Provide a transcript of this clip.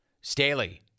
Staley